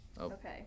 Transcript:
Okay